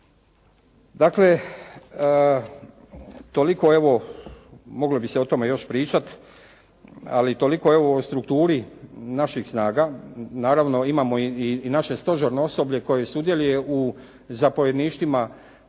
ali toliko evo o strukturi naših snaga. Naravno, imamo i naše stožerno osoblje koje sudjeluje u zapovjedništvima